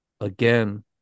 Again